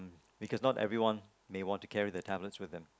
because not everyone may want to carry their tablets with them